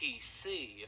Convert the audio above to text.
PC